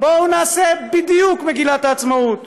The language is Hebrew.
בואו נעשה בדיוק מגילת העצמאות.